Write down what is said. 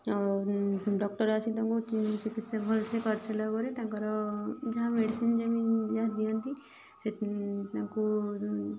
ଆଉ ଡକ୍ଚର୍ ଆସି ତାଙ୍କୁ ଚିକିତ୍ସା ଭଲ ସେ କରିସାରିଲା ପରେ ତାଙ୍କର ଯାହା ମେଡ଼ିସିନ୍ ଯେମିତିଯାହା ଦିଅନ୍ତି ସେ ତାଙ୍କୁ